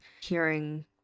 hearing